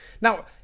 Now